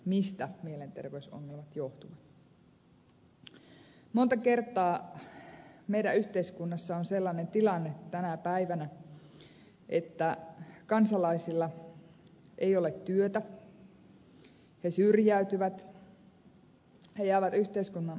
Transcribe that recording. monta kertaa meidän yhteiskunnassamme on sellainen tilanne tänä päivänä että kansalaisilla ei ole työtä he syrjäytyvät he jäävät yhteiskunnan ulkopuolelle